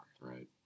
Right